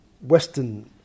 Western